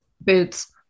Boots